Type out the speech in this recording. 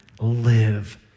live